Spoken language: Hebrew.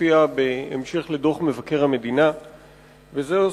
בוועדה לענייני ביקורת המדינה בהשתתפותך,